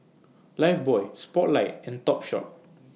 Lifebuoy Spotlight and Topshop